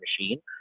machine